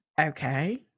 Okay